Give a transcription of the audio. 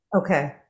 okay